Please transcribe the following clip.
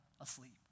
asleep